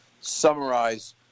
summarize